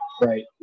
right